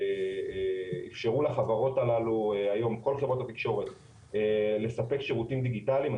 ואפשרו לחברות הללו היום כל חברות התקשורת לספק שירותים דיגיטליים.